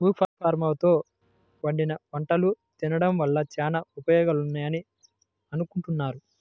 ఉప్మారవ్వతో వండిన వంటలు తినడం వల్ల చానా ఉపయోగాలున్నాయని అనుకుంటున్నారు